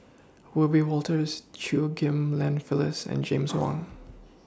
Wiebe Wolters Chew Ghim Lian Phyllis and James Wong